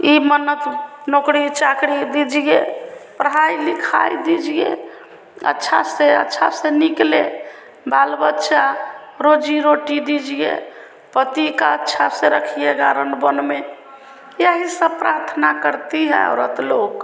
यह मन्नत नौकरी चाक़री दीजिए पढ़ाई लिखाई दीजिए अच्छा से अच्छा से निकले बाल बच्चा रोज़ी रोटी दीजिए पति को अच्छा से रखिएगा रन वन में यही सब प्रार्थना करती है औरत लोग